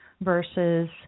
versus